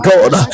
God